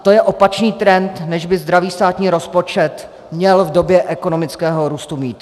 To je opačný trend, než by zdravý státní rozpočet měl v době ekonomického růstu mít.